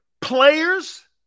Players